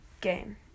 game